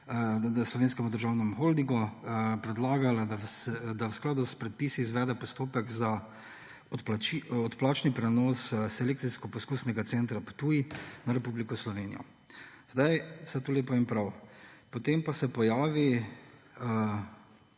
Slovenskemu državnemu holdingu, predlagala, da v skladu s predpisi izvede postopek za odplačni prenos Selekcijsko-poskusnega centra Ptuj na Republiko Slovenijo. Vse to lepo in prav, potem pa se pojavi